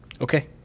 Okay